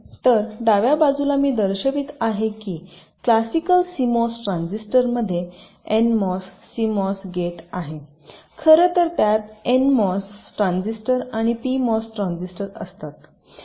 तर डाव्या बाजूला मी दर्शवित आहे की क्लासिकल सिमोस ट्रान्झिस्टर मध्ये एनमोस सीमोस गेट आहे खरं तर त्यात एनमोस ट्रान्झिस्टर आणि पीमोस ट्रान्झिस्टर असतात